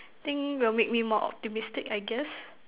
think will make me more optimistic I guess